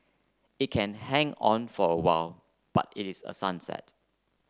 it can hang on for a while but it is a sunset